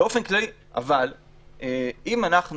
אבל אם אנחנו